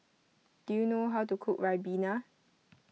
do you know how to cook Ribena